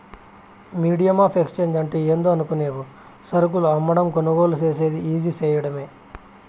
medium of exchange అంటే ఏందో అనుకునేవు సరుకులు అమ్మకం, కొనుగోలు సేసేది ఈజీ సేయడమే